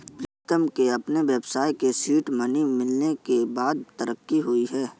प्रीतम के अपने व्यवसाय के सीड मनी मिलने के बाद तरक्की हुई हैं